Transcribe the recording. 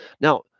Now